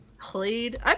played